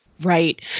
Right